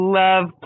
love